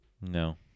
No